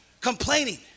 complaining